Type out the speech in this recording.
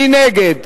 מי נגד?